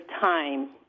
time